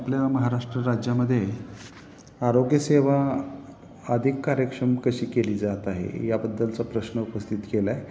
आपल्या महाराष्ट्र राज्यामध्ये आरोग्यसेवा अधिक कार्यक्षम कशी केली जात आहे याबद्दलचा प्रश्न उपस्थित केला आहे